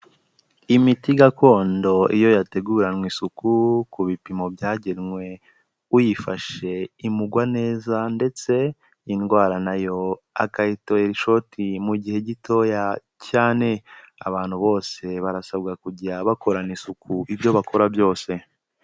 Imiti gakondo iyo yateguranwe isuku ku bipimo byagenwe, uyifashe imugwa neza ndetse indwara nayo akayitera ishoti mu gihe gitoya cyane, abantu bose barasabwa kujya bakorana isuku ibyo bakora byose.